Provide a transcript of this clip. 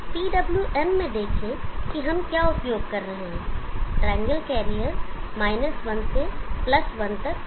PWM में देखें कि हम क्या उपयोग कर रहे हैं ट्रायंगल कैरियर 1 से 1 तक स्विंग कर रहा है